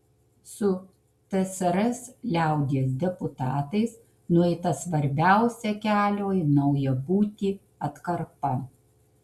su tsrs liaudies deputatais nueita svarbiausia kelio į naują būtį atkarpa